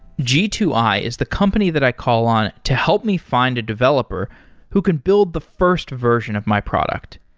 g two i is the company that i call on to help me find a developer who can build the first version of my product.